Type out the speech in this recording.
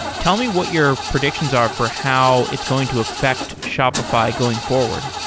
tell me what your predictions are for how it's going to affect shopify going forward.